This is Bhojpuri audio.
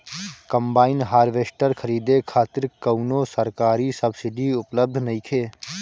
कंबाइन हार्वेस्टर खरीदे खातिर कउनो सरकारी सब्सीडी उपलब्ध नइखे?